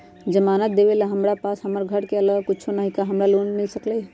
जमानत देवेला हमरा पास हमर घर के अलावा कुछो न ही का हमरा लोन मिल सकई ह?